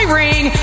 ring